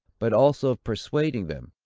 but also of persuading them,